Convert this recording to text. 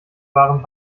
waren